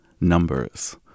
numbers